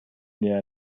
der